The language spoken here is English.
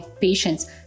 patients